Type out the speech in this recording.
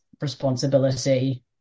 responsibility